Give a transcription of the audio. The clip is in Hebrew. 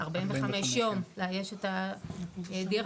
45 יום לאייש את הדירה,